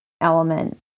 element